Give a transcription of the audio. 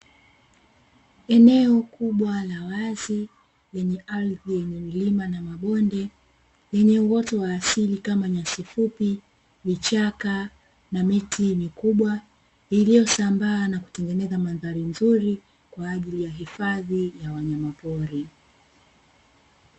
Eneo kubwa la wazi lenye ardhi yenye milima na mabonde yenye uoto wa asili kama nyasi fupi, vichaka na miti mikubwa iliyosambaa na kutengeneza mandhari nzuri, kwa ajili ya hifadhi ya wanyama pori.